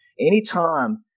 Anytime